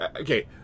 Okay